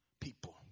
people